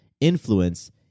influence